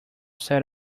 set